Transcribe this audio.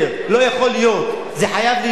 זה חייב להיות.